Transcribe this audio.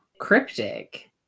cryptic